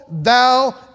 thou